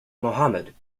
mohamed